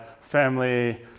family